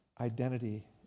identity